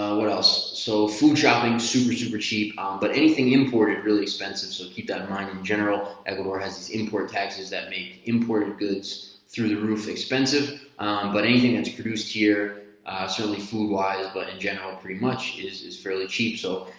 ah what else? so food traveling super super cheap um but anything imported really expensive so keep that in mind. in general, everywhere has this import taxes that make imported goods through the roof expensive but anything introduced here certainly food wise but in general pretty much is is fairly cheap so